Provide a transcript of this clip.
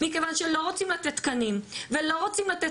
מכיוון שלא רוצים לתת תקנים ולא רוצים לתת